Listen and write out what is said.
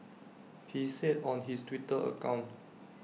he said on his Twitter account